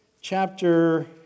chapter